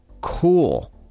Cool